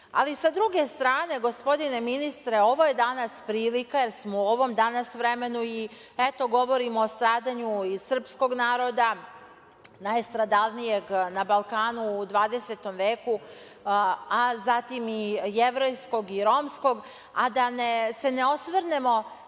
sa druge strane gospodine ministre, ovo je danas prilika, jer smo u ovom danas vremenu i eto govorimo o stradanju i srpskog naroda najstradalnijeg na Balkanu u 20. veku, a zatim i jevrejskog i romskog, a da se ne osvrnemo